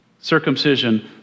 Circumcision